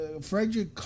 Frederick